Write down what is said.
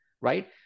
right